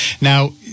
Now